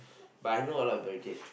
but I know a lot of people retain